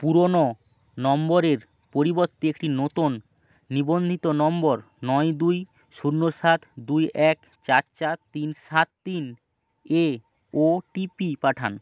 পুরনো নম্বরের পরিবর্তে একটি নতুন নিবন্ধিত নম্বর নয় দুই শূন্য সাত দুই এক চার চার তিন সাত তিন এ ওটিপি পাঠান